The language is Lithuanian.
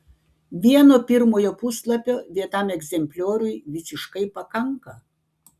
vieno pirmojo puslapio vienam egzemplioriui visiškai pakanka